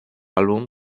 álbum